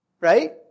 Right